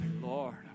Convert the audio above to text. Lord